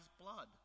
blood